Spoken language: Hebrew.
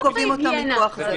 לא רק בהיגיינה.